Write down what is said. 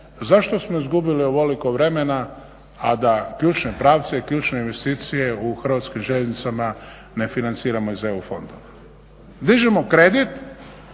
zašto smo izgubili ovoliko vremena a da ključne pravce i ključne investicije u Hrvatskim željeznicama ne financiramo iz EU fondova. Dižemo kredit